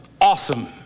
awesome